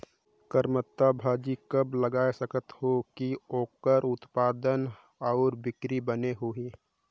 करमत्ता भाजी कब लगाय सकत हो कि ओकर उत्पादन अउ बिक्री बने होही?